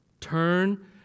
Turn